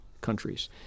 countries